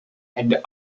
and